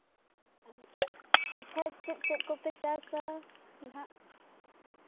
ᱟᱪᱪᱷᱟ ᱟᱪᱪᱷᱟ ᱪᱮᱫ ᱪᱮᱫ ᱠᱚᱯᱮ ᱪᱟᱥᱼᱟ ᱱᱟᱦᱟᱜ